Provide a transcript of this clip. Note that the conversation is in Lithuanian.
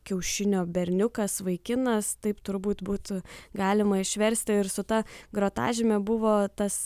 kiaušinio berniukas vaikinas taip turbūt būtų galima išversti ir su ta grotažyme buvo tas